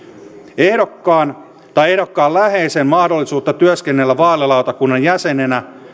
ehdokkaan tai ehdokkaan läheisen mahdollisuutta työskennellä vaalilautakunnan jäsenenä